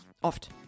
Oft